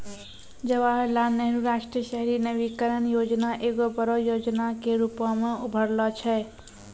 जवाहरलाल नेहरू राष्ट्रीय शहरी नवीकरण योजना एगो बड़ो योजना के रुपो मे उभरलो छै